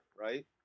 right